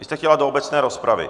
Vy jste chtěla do obecné rozpravy?